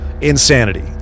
insanity